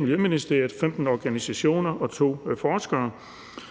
Miljøministeriet, 15 organisationer og to forskere.